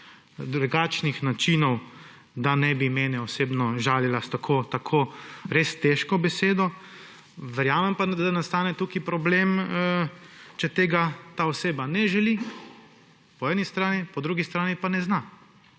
drugačnih načinov, da ne bi mene osebno žalila s tako, res težko besedo. Verjamem pa, da nastane tukaj problem, če tega ta oseba ne želi, po eni strani, po drugi strani pa ne zna.